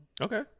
Okay